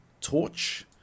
torch